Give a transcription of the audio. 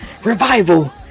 Revival